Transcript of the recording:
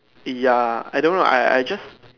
ya I don't know I I just